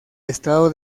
estado